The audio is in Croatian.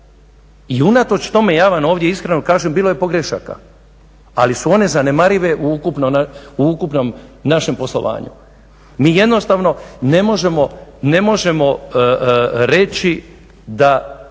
I unatoč tome ja vam ovdje iskreno kažem bilo je pogrešaka, ali su one zanemarive u ukupnom našem poslovanju. Mi jednostavno ne možemo reći da